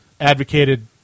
advocated